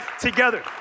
together